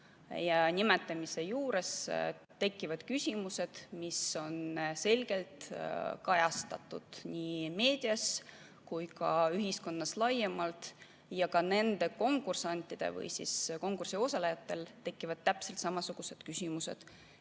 Nimetamise juures tekivad küsimused, mida on selgelt kajastatud nii meedias kui ka ühiskonnas laiemalt. Ka nendel konkursantidel või konkursil osalejatel tekivad täpselt samasugused küsimused,